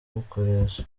mukoresha